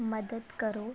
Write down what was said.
ਮਦਦ ਕਰੋ